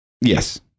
Yes